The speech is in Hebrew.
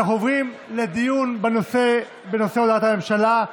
אנחנו עוברים לדיון בנושא הודעת הממשלה.